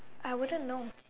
I wouldn't know